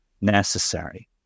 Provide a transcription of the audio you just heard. necessary